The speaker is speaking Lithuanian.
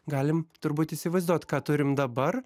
galim turbūt įsivaizduot ką turim dabar